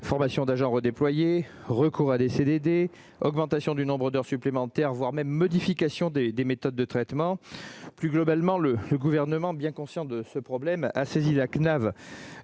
formation d'agents redéployés, recours à des CDD, augmentation du nombre d'heures supplémentaires, voire modification des méthodes de traitement. Plus globalement, le Gouvernement, bien conscient du problème, a saisi la CNAV